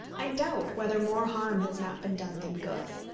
i doubt whether more harm has not been done than good.